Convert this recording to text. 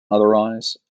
otherwise